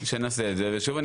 כן שנעשה את זה, ושוב אני